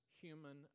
human